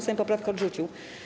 Sejm poprawkę odrzucił.